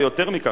ויותר מכך,